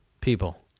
people